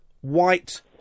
white